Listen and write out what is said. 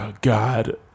God